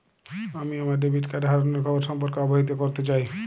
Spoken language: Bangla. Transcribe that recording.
আমি আমার ডেবিট কার্ড হারানোর খবর সম্পর্কে অবহিত করতে চাই